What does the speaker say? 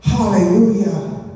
Hallelujah